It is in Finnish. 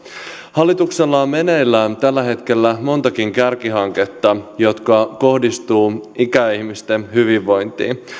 hallituksella on meneillään tällä hetkellä montakin kärkihanketta jotka kohdistuvat ikäihmisten hyvinvointiin